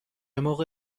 موقع